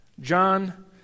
John